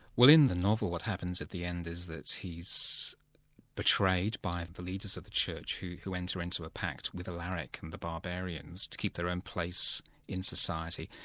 well in the novel what happens at the end is that he's betrayed by the leaders of the church who who enter into a pact with alaric and the barbarians to keep their own place in society.